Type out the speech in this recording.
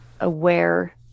aware